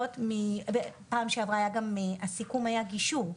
בפעם שעברה בהרצאה הסיכום היה גישור,